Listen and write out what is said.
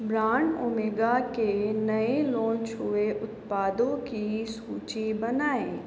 brand Omega के नए launch हुए उत्पादों की सूची बनाएँ